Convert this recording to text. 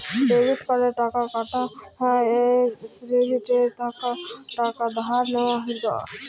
debit কার্ডে টাকা কাটা হ্যয় আর ক্রেডিটে টাকা ধার লেওয়া হ্য়য়